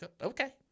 Okay